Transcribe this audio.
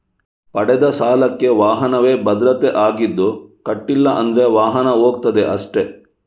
ಪಡೆದ ಸಾಲಕ್ಕೆ ವಾಹನವೇ ಭದ್ರತೆ ಆಗಿದ್ದು ಕಟ್ಲಿಲ್ಲ ಅಂದ್ರೆ ವಾಹನ ಹೋಗ್ತದೆ ಅಷ್ಟೇ